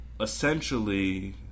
essentially